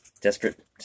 desperate